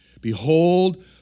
behold